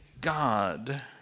God